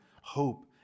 hope